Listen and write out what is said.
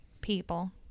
People